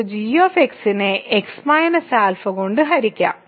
നമുക്ക് g നെ x α കൊണ്ട് ഹരിക്കാം